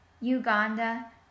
Uganda